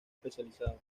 especializada